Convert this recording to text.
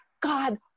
God